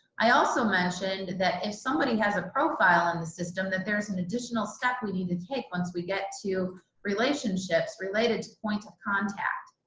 i also mentioned that if somebody has a profile on the system that there's an additional step we need to take once we get to relationships related to points of contact.